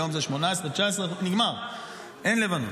היום זה 18% 19%. נגמר, אין לבנון.